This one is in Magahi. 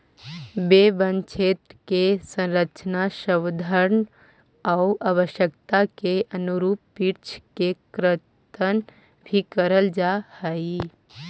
वे वनक्षेत्र के संरक्षण, संवर्धन आउ आवश्यकता के अनुरूप वृक्ष के कर्तन भी करल जा हइ